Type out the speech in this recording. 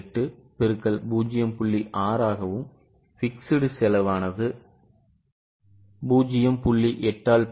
6 ஆகவும் fixed செலவு X 0